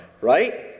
Right